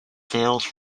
sales